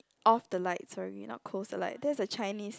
off the lights sorry not closed the lights that's a Chinese